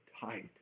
tight